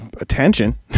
attention